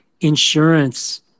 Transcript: insurance